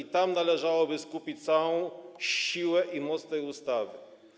Na tym należałoby skupić całą siłę i moc tej ustawy.